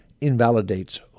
invalidates